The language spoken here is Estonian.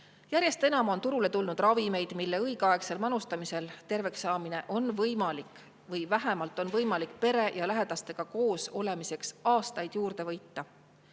järjest enam on turule tulnud ravimeid, mille õigeaegsel manustamisel on terveks saamine võimalik või vähemalt on võimalik pere ja lähedastega koosolemiseks aastaid juurde võita.